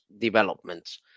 developments